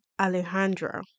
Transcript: Alejandra